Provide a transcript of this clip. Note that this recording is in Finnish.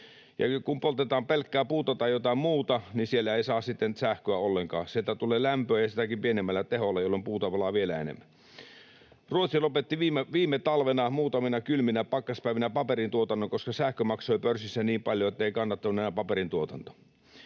kun poltetaan pelkkää puuta tai jotain muuta, niin sieltä ei saa sitten sähköä ollenkaan. Sieltä tulee lämpöä ja sitäkin pienemmällä teholla, jolloin puuta palaa vielä enemmän. Ruotsi lopetti viime talvena muutamina kylminä pakkaspäivinä paperintuotannon, koska sähkö maksoi pörssissä niin paljon, ettei kannattanut enää paperintuotanto.